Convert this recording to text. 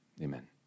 Amen